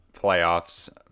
playoffs